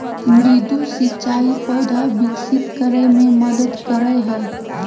मृदु सिंचाई पौधा विकसित करय मे मदद करय हइ